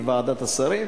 בוועדת השרים,